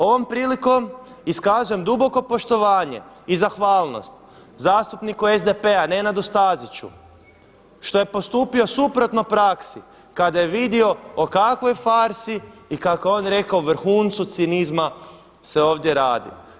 Ovom prilikom iskazujem duboko poštovanje i zahvalnost zastupniku SDP-a Nenadu Staziću što je postupio suprotno praksi kada je vidio o kakvoj farsi i kako je on rekao vrhuncu cinizma se ovdje radi.